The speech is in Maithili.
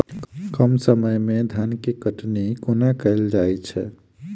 कम समय मे धान केँ कटनी कोना कैल जाय छै?